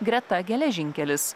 greta geležinkelis